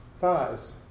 thighs